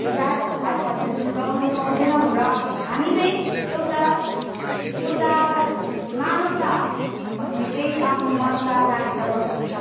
जात भात भनेर छुट्टयाउनु पाउँदैनौँ र हामी चाहिँ एउटा एउटा मानवता भन्ने चाहिँ आफ्नो मनमा राखेर बस्नुपर्छ